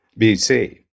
BC